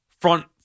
Front